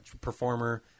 performer